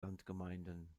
landgemeinden